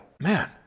man